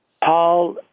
Paul